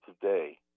today